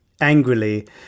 angrily